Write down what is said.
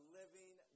living